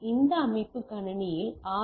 இந்த அமைப்பு கணினியில் RJ